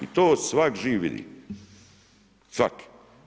I to svak živ vidi, svak.